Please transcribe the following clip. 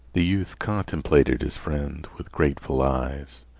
the youth contemplated his friend with grateful eyes.